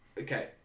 Okay